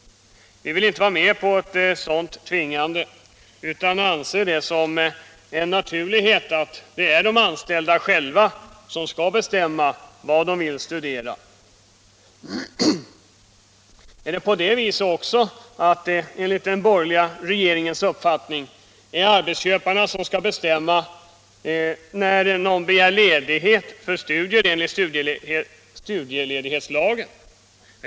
Vi vill inte vara med på ett sådant tvingande utan anser det som en naturlighet att det är de anställda själva som skall bestämma vad de vill studera. Är det på det viset också, att det enligt den borgerliga regeringens uppfattning är arbetsköparna som skall bestämma när någon begär ledighet för studier enligt studieledighetslagen?